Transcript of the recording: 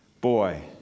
Boy